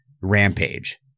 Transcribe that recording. Rampage